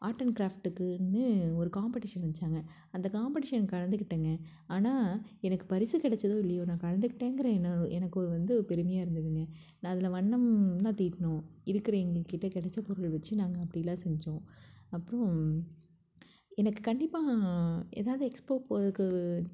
art and கிராஃப்டுக்குனு ஒரு competition வச்சாங்க அந்த காம்படீஷனில் கலந்துக்கிட்டேங்க ஆனால் எனக்கு பரிசு கிடச்சதோ இல்லையோ நான் கலந்துக்கிட்டேங்கிற என்ன எனக்கு ஒரு வந்து பெருமையாக இருந்ததுங்க நான் அதில் வண்ணம்னால் தீட்டினோம் இருக்கிற எங்கள்கிட்ட கிடச்ச பொருள் வச்சு நாங்கள் அப்படில்லாம் செஞ்சோம் அப்புறம் எனக்கு கண்டிப்பாக எதாவது எக்ஸ்போ போகிறதுக்கு